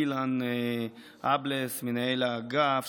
אילן אבלס מנהל האגף,